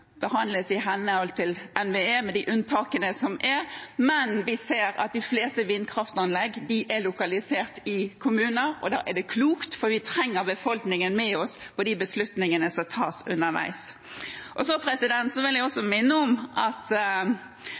behandles i henhold til NVE, med de unntakene som er. Men vi ser at de fleste vindkraftanlegg er lokalisert i kommuner, og da er det klokt, for vi trenger befolkningen med oss i de beslutningene som tas underveis. Jeg vil også minne om at det var da Arbeiderpartiet sa at vi skulle legge plan- og bygningsloven til grunn, at